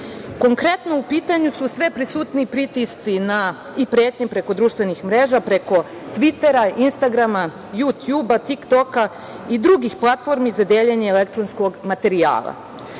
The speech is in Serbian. u pitanju su sve prisutniji pritisci i pretnje preko društvenih mreža, preko Tvitera, Instagrama, Jutjuba, Tik-Toka i drugih platformi za deljenje elektronskog materijala.